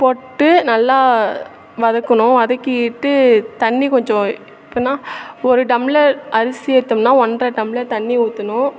போட்டு நல்லா வதக்கணும் வதக்கிக்கிட்டு தண்ணி கொஞ்ச எப்பிடின்னா ஒரு டம்ளர் அரிசி எடுத்தோம்னால் ஒன்றரை டம்ளர் தண்ணி ஊற்றணும்